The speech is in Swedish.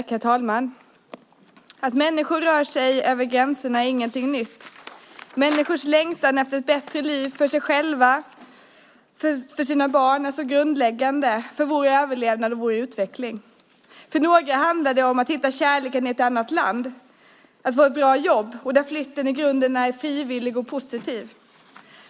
Herr talman! Att människor rör sig över gränserna är ingenting nytt. Människans längtan efter ett bättre liv för sig själv och sina barn är grundläggande för ens överlevnad och utveckling. För några handlar det om att hitta kärleken i ett annat land, att få ett bra jobb, och där är flytten i grunden frivillig och positiv för alla parter.